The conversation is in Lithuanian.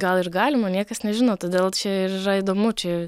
gal ir galima niekas nežino todėl čia ir yra įdomu čia